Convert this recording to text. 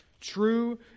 True